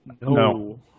No